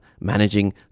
managing